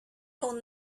own